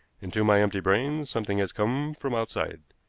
into my empty brain something has come from outside.